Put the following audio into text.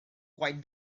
quiet